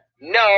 No